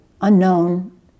unknown